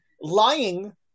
lying